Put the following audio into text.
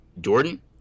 Jordan